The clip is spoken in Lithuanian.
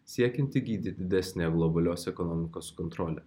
siekiant įgyti didesnę globalios ekonomikos kontrolę